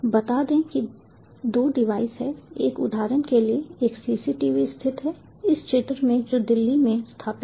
बता दें कि दो डिवाइस हैं एक उदाहरण के लिए एक सीसीटीवी स्थित है इस चित्र में जो दिल्ली में स्थापित है